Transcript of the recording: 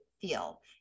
feel